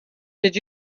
did